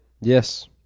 Yes